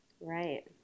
Right